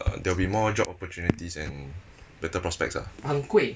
uh there will be more job opportunities and better prospects ah